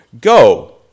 Go